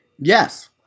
Yes